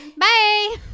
Bye